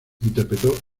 interpretó